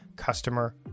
customer